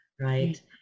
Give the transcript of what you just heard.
right